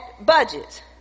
budgets